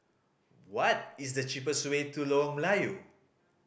what is the cheapest way to Lorong Melayu